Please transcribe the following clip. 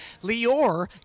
Lior